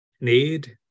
need